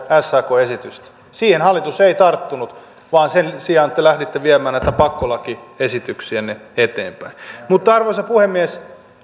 sakn esitystä siihen hallitus ei tarttunut vaan sen sijaan te lähditte viemään näitä pakkolakiesityksiänne eteenpäin mutta arvoisa puhemies